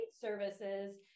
services